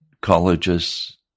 colleges